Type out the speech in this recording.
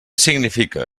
significa